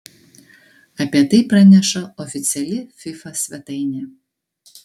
apie tai praneša oficiali fifa svetainė